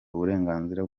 uburenganzira